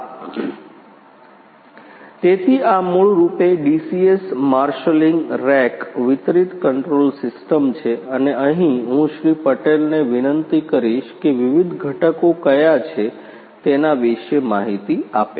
આભાર તેથી આ મૂળરૂપે ડીસીએસ માર્શલિંગ રેક વિતરિત કંટ્રોલ સિસ્ટમ છે અને અહીં હું શ્રી પટેલને વિનંતી કરીશ કે વિવિધ ઘટકો કયા છે તેના વિષે માહિતી આપે